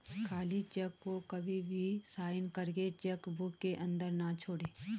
खाली चेक को कभी भी साइन करके चेक बुक के अंदर न छोड़े